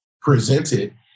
presented